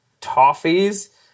toffees